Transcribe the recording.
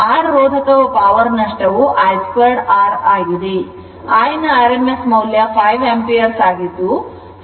R ರೋಧಕದ power ನಷ್ಟವು I 2 R ಆಗಿದೆ